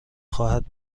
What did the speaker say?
خواهید